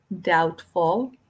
doubtful